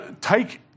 take